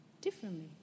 differently